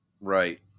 right